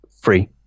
free